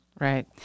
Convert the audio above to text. Right